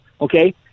okay